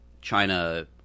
china